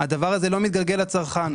הדבר הזה לא מתגלגל לצרכן.